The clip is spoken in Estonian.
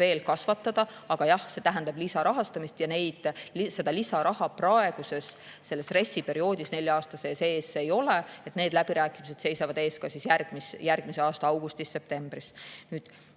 veel kasvatada. Aga jah, see tähendab lisarahastamist ja seda lisaraha praeguses RES-i perioodis, nelja aasta sees ei ole. Need läbirääkimised seisavad ees ka järgmise aasta augustis-septembris. Eraldi